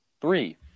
three